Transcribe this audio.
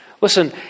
Listen